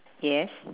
yes